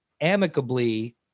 amicably